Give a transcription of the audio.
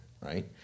right